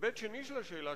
היבט שני של השאלה,